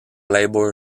labour